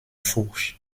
fourche